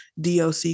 DOC